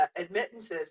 admittances